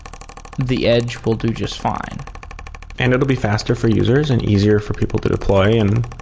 the edge will do just fine and it will be faster for users and easier for people to deploy in.